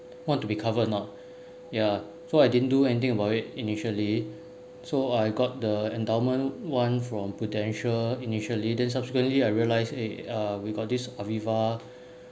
want to be cover or not ya so I didn't do anything about it initially so I got the endowment one from Prudential initially then subsequently I realise eh uh we got this Aviva